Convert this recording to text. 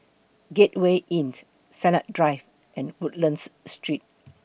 Gateway Inn Sennett Drive and Woodlands Street